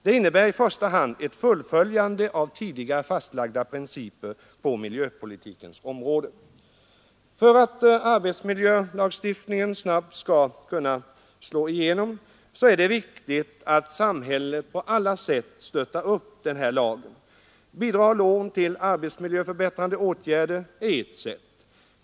Det innebär i första hand ett fullföljande av tidigare fastslagna principer på miljöpolitikens område. För att arbetsmiljölagstiftningen snabbt skall kunna slå igenom är det viktigt att samhället på alla sätt stöttar upp lagen. Bidrag och lån till arbetsmiljöförbättrande åtgärder är ett sätt.